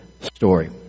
story